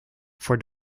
for